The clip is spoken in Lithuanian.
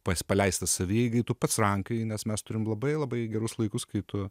pats paleistas savieigai tu pats rankioji nes mes turim labai labai gerus laikus kai tu